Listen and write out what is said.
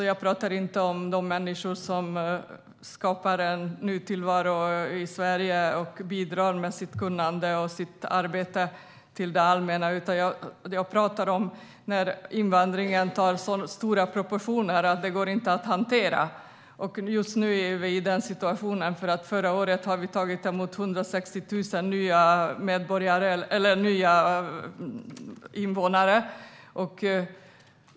Jag pratar inte om de människor som skapar en ny tillvaro i Sverige och bidrar till det allmänna med sin kunskap och sitt arbete, utan jag pratar om när invandringen får så stora proportioner att den inte går att hantera. Just nu är vi i den situationen, för förra året tog vi emot 160 000 nya invånare.